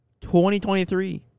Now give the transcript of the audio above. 2023